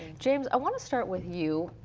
james, i want to start with you.